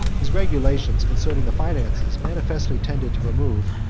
his regulations concerning the finances manifestly tended to remove,